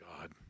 god